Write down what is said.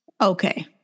okay